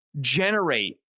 generate